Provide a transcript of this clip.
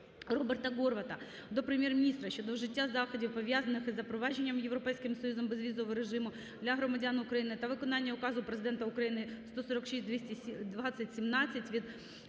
Роберта Горвата до Прем'єр-міністра щодо вжиття заходів, пов'язаних із запровадженням Європейським Союзом безвізового режиму для громадян України та виконання Указу Президента України №146/2017 від